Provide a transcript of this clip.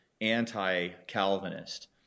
anti-Calvinist